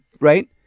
right